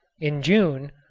in june,